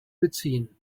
beziehen